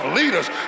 leaders